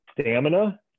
stamina